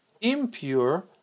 impure